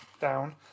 down